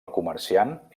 comerciant